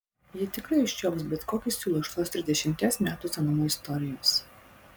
ji tikrai užčiuops bet kokį siūlą iš tos trisdešimties metų senumo istorijos